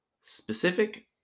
Specific